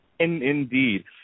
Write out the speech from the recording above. Indeed